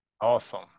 awesome